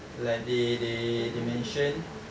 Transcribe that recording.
like they they they mentioned